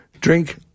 drink